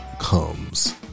comes